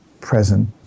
present